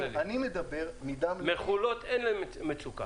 במכולות אין מצוקה?